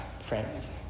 friends